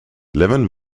lemon